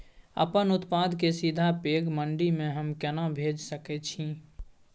अपन उत्पाद के सीधा पैघ मंडी में हम केना भेज सकै छी?